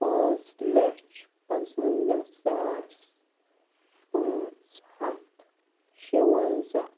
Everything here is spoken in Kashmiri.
پانٛژھ لَچھ پانٛژھ وَنزاہ ساس پانٛژھ ہَتھ شُوانٛزاہ